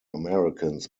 americans